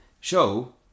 show